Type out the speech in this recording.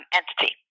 entity